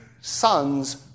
sons